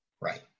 Right